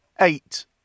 Eight